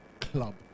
club